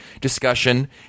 discussion